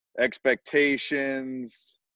expectations